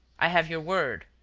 i have your word.